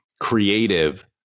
creative